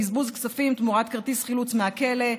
בזבוז כספים תמורת כרטיס חילוץ מהכלא.